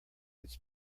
its